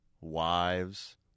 wives